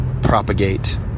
propagate